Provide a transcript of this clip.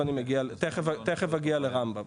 תיכף אגיע לרמב"ם,